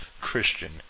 Christian